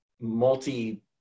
multi